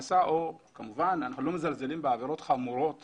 כמובן אנחנו לא מזלזלים בעבירות חמורות